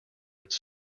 its